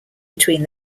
between